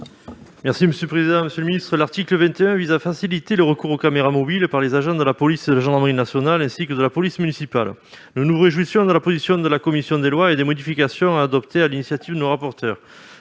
: La parole est à M. Jean-Yves Roux. L'article 21 vise à faciliter le recours aux caméras mobiles par les agents de la police et de la gendarmerie nationales, ainsi que par ceux de la police municipale. Nous nous réjouissons de la position de la commission des lois et des modifications adoptées à l'initiative de nos rapporteurs.